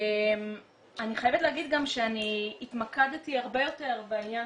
אני חייבת להגיד גם שאני התמקדתי הרבה יותר בעניין